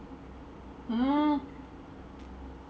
mm